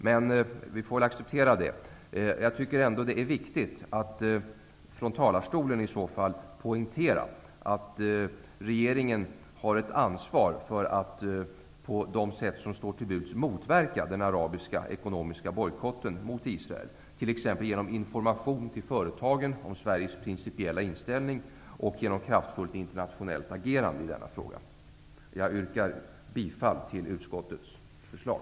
Vi får väl ändå acceptera det. Jag tycker att det därför är viktigt att från talarstolen poängtera att regeringen har ett ansvar för att man, på de sätt som står till buds, motverkar den arabiska ekonomiska bojkotten mot Israel, t.ex. genom information till företagen om Sveriges principiella inställning och genom ett kraftfullt internationellt agerande i denna fråga. Jag yrkar bifall till utskottets förslag.